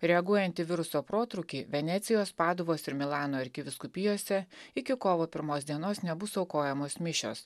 reaguojant į viruso protrūkį venecijos paduvos ir milano arkivyskupijose iki kovo pirmos dienos nebus aukojamos mišios